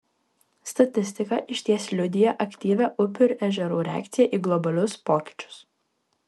statistika išties liudija aktyvią upių ir ežerų reakciją į globalius pokyčius